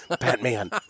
Batman